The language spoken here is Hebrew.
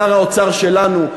שר האוצר שלנו,